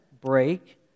break